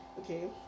okay